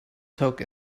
took